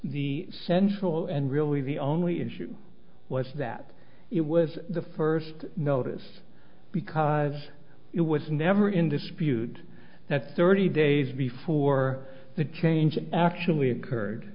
the central and really the only issue was that it was the first notice because it was never in dispute that thirty days before the change actually occurred